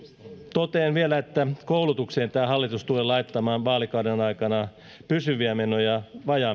totean vielä että koulutukseen tämä hallitus tulee laittamaan vaalikauden aikana pysyviä menoja vajaa